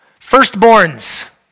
Firstborns